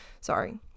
sorry